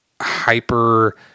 hyper